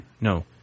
No